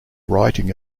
writing